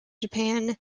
japan